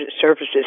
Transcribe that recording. services